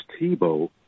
Tebow